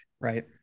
Right